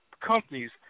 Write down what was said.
companies